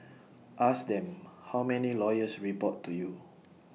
ask them how many lawyers report to you